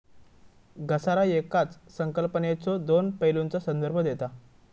घसारा येकाच संकल्पनेच्यो दोन पैलूंचा संदर्भ देता